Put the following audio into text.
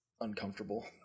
uncomfortable